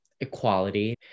equality